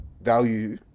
value